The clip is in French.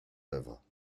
oeuvre